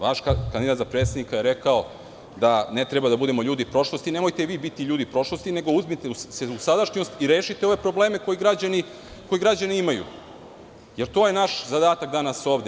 Vaš kandidat za predsednika je rekao da ne trebamo da budemo ljudi prošlosti, nemojte ni vi biti ljudi prošlosti nego uzmite se u sadašnjost i rešite ove probleme koje građani imaju, jer to je naš zadatak danas ovde.